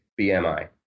BMI